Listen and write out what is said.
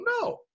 no